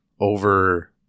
over